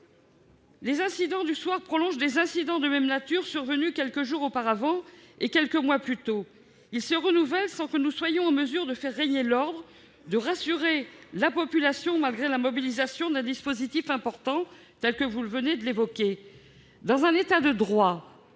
Les incidents du soir prolongent des incidents de même nature survenus quelques jours auparavant et quelques mois plus tôt. Ils se renouvellent sans que nous soyons en mesure de faire régner l'ordre ni de rassurer la population, malgré la mobilisation d'un dispositif important, que vous venez, monsieur le secrétaire d'État,